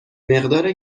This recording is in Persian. مقدار